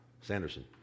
Sanderson